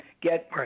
get